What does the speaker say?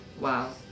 wow